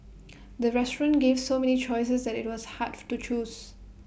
the restaurant gave so many choices that IT was hard to choose